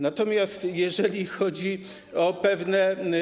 Natomiast jeżeli chodzi o pewne.